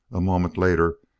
a moment later,